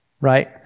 Right